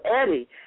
Eddie